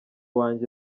wange